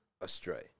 astray